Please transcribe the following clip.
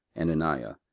and anaiah,